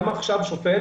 גם עכשיו שופט